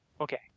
Okay